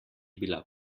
bila